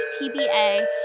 TBA